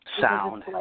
sound